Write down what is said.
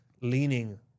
leaning